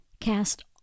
Cast